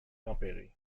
tempérées